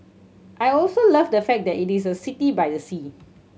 I also love the fact that it is a city by the sea